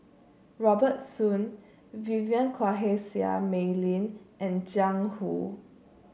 Robert Soon Vivien Quahe Seah Mei Lin and Jiang Hu